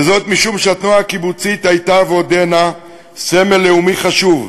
וזאת משום שהתנועה הקיבוצית הייתה ועודנה סמל לאומי חשוב,